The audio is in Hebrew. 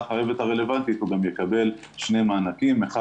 החייבת הרלבנטית הוא גם יקבל שני מענקים אחד,